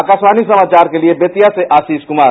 आकाशवाणी समाचार के लिए बेतिया से आशिष कुमार